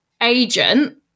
agent